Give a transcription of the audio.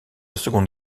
seconde